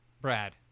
Brad